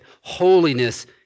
holiness